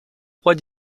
rois